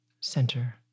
center